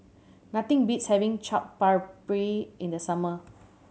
nothing beats having Chaat Papri in the summer